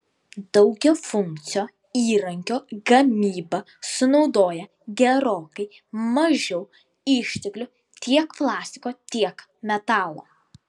daugiafunkcio įrankio gamyba sunaudoja gerokai mažiau išteklių tiek plastiko tiek metalo